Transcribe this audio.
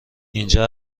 اینجا